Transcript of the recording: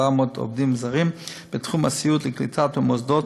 עובדים זרים בתחום הסיעוד לקליטה במוסדות,